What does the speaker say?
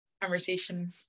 conversation